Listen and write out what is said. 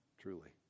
truly